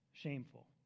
Shameful